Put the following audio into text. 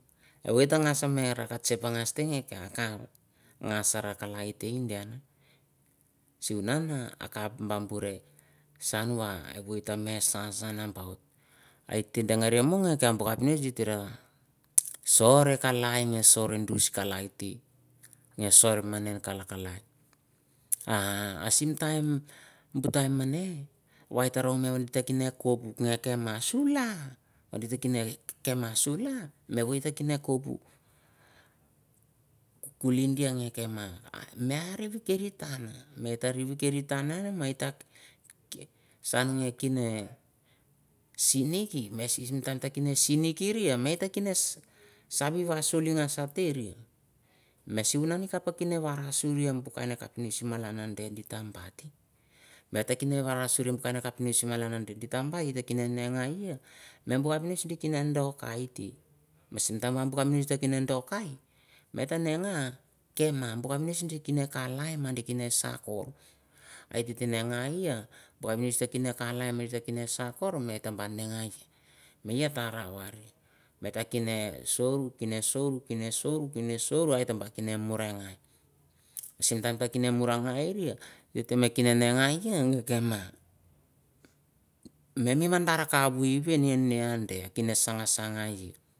Awot takasi buas ra lait te su na ikup bambu ke san wa banut itegerio tiwan sasa nambua yia roge so re kalai ero re dis kalai e sor me ra kalai asim time bu ngue meme ta rouge ra ta na ke ma su la la ne ke bu ku le gema me bekitichan meteri san mikine sinikiri me sa mu leterege saturi. Seme tekemitar musmaun metekine simur be mismala kene kenegiage e warose misine bokai e misine kema menje dok kai negue ega buges ni ine kalai ni sakot itetengai e me ne sakur itete na kalaie itete tegai e priminster kala sakor te beng ning gure e kor be mite ma wari kene me kenesor kenesor kenesor ite be te ta ba kura noan sim nme kene ie me sor be ke tiguar ete me mi ber ikar vur we kine sakai sakai